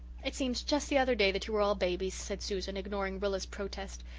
it seems just the other day that you were all babies, said susan, ignoring rilla's protest.